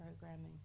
programming